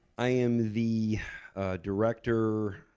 i am the director.